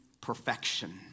perfection